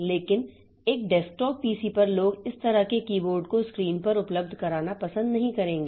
लेकिन एक desktop PC पर लोग इस तरह के कीबोर्ड को स्क्रीन पर उपलब्ध कराना पसंद नहीं करेंगे